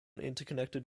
interconnected